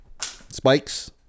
spikes